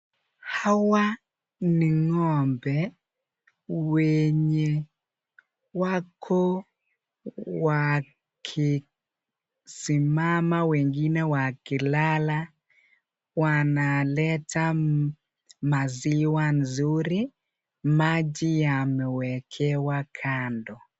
Hawa ni ngombe wenye wako wakisimama wengine wakilala wanaleta maziwa nzuri, maji yamewekewa kando.